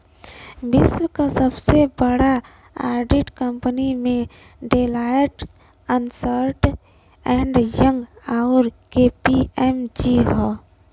विश्व क सबसे बड़ा ऑडिट कंपनी में डेलॉयट, अन्सर्ट एंड यंग, आउर के.पी.एम.जी हौ